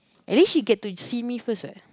at least she get to see me first what